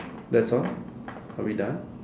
that's all are we done